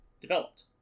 developed